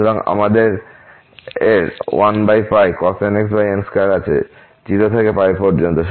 সুতরাং আমাদের 1cos nx n2 আছে 0 থেকে পর্যন্ত